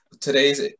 Today's